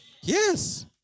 Yes